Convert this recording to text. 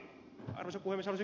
haluaisin kysyä